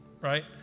right